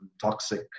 toxic